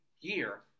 year